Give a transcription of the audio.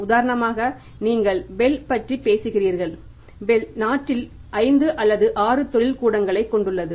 உதாரணமாக நீங்கள் BHEL பற்றி பேசுகிறீர்கள BHEL நாட்டில் 5 அல்லது 6 தொழில் கூடங்களை கொண்டுள்ளது